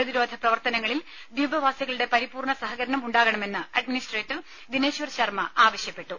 പ്രതിരോധ പ്രവർത്തനങ്ങളിൽ ദ്വീപ് വാസികളുടെ പരിപൂർണ്ണ സഹകരണം ഉണ്ടാകണമെന്ന് അഡ്മിനിസ്ട്രേറ്റർ ദിനേശ്വർ ശർമ്മ ആവശ്യപ്പെട്ടു